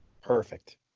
Perfect